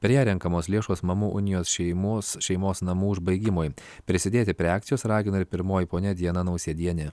per ją renkamos lėšos mamų unijos šeimos šeimos namų užbaigimui prisidėti prie akcijos ragina ir pirmoji ponia diana nausėdienė